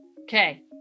Okay